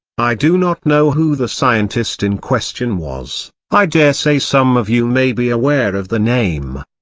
i do not know who the scientist in question was i daresay some of you may be aware of the name.